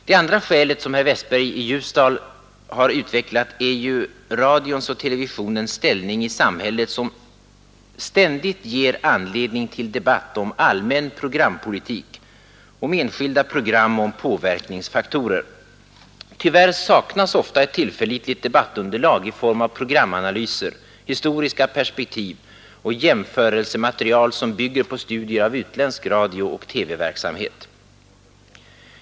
Det andra skälet — som herr Westberg i Ljusdal här utvecklade — är radions och televisionens ställning i samhället, som ständigt ger anledning till debatt om allmän programpolitik, om enskilda program och om påverkningsfaktorer. Tyvärr saknas ofta ett tillförlitligt debattunderlag i form av programanalyser, historiska perspektiv och jämförelsematerial som bygger på studier av utländsk radiooch TV-verksamhet.